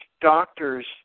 doctors